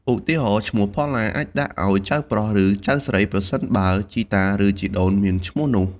ឧទាហរណ៍ ឈ្មោះ "ផល្លា" អាចដាក់ឱ្យចៅប្រុស ឬចៅស្រី ប្រសិនបើជីតា ឬជីដូនមានឈ្មោះនោះ។